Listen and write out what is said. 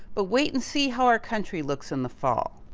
but wait and see how our country looks in the fall.